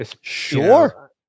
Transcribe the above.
Sure